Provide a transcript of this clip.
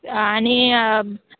आनी